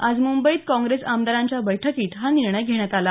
आज मुंबईत काँग्रेस आमदारांच्या बैठकीत हा निर्णय घेण्यात आला